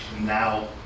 now